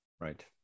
right